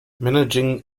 managing